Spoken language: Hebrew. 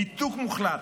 ניתוק מוחלט.